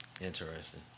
Interesting